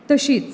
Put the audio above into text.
तशीच